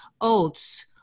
oats